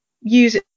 use